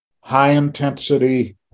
high-intensity